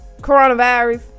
coronavirus